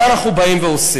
מה אנחנו עושים?